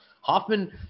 Hoffman